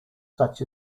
such